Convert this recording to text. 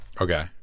Okay